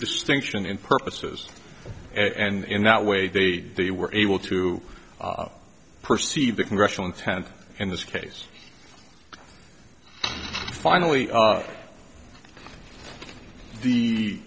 distinction in purposes and in that way they they were able to perceive the congressional intent in this case finally